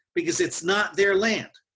because it's not their land.